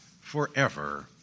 forever